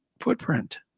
footprint